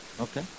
Okay